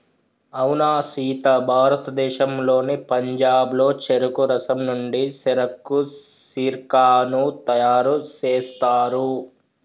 అవునా సీత భారతదేశంలోని పంజాబ్లో చెరుకు రసం నుండి సెరకు సిర్కాను తయారు సేస్తారు